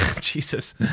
Jesus